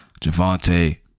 Javante